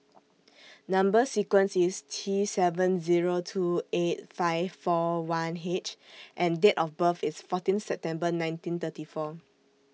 Number sequence IS T seven Zero two eight five four one H and Date of birth IS fourteen September nineteen thirty four